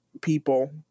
people